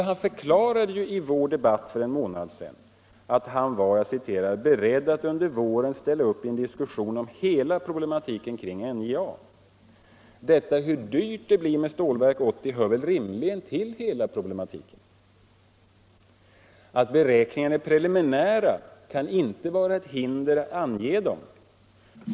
Han förklarade i vår debatt för en månad sedan att han var ”beredd att under våren ställa upp i en diskussion om hela problematiken kring NJA”. Detta hur dyrt det blir med Stålverk 80 hör väl rimligen till hela problematiken. Att beräkningarna är preliminära kan inte vara ett hinder att ange dem.